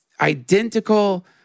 identical